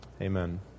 Amen